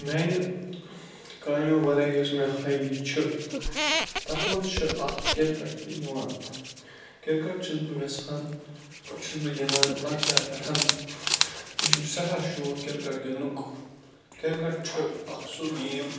میانہِ کامیٚو وَرٲے یُس مےٚ ہابی چھُ تتھ مَنٛز چھُ اکھ کِرکَٹ تہٕ یِوان کِرکَٹ چھُس بہٕ ویٚژھان چھُس بہٕ گِنٛدان لۄکچار پیٚٹھ مےٚ چھُ سیٚٹھاہ شوکھ کِرکَٹ گِنٛدنُک کِرکَٹ چھُ اکھ سُہ گیم